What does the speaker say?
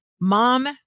mom